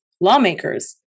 lawmakers